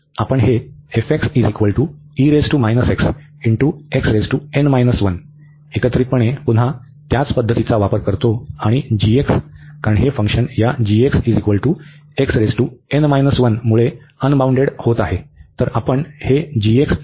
आपण हे एकत्रितपणे पुन्हा त्याच पद्धतीचा वापर करतो आणि g कारण हे फंक्शन या मुळे अनबाउंडेड होत आहे